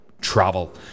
Travel